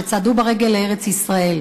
שצעדו ברגל לארץ-ישראל,